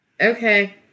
Okay